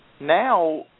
Now